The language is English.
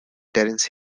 terence